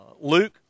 Luke